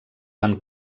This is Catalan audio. van